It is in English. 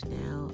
now